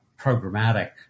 programmatic